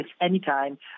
Anytime